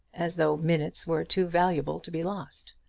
as though minutes were too valuable to be lost.